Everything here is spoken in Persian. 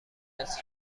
است